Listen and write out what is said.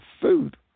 food